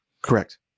Correct